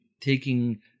taking